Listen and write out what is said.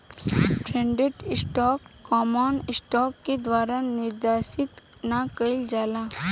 preferred stock common stock के द्वारा निर्देशित ना कइल जाला